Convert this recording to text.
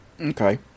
Okay